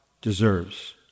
deserves